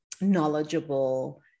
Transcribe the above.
knowledgeable